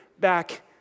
back